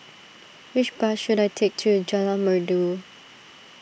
which bus should I take to Jalan Merdu